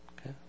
Okay